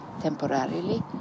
temporarily